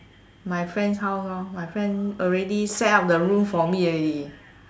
my friends house lor my friend already set up the room for me already